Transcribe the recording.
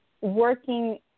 working